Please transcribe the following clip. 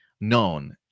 known